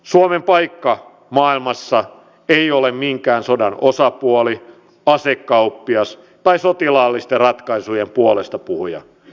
suomen paikka maailmassa ei ole minkään sodan osapuoli asekauppias tai sotilaallisten ratkaisujen puolestapuhuja